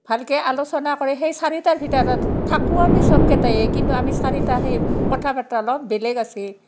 ভালকৈ আলোচনা কৰে সেই চাৰিটাৰ ভিতৰত থাকোঁ আমি চবকেইটাই কিন্তু আমি চাৰিটা সেই কথা বাতৰা অলপ বেলেগ আছিল